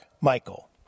michael